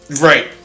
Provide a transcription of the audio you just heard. Right